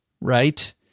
right